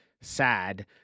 sad